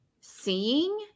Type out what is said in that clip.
seeing